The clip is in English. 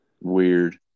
Weird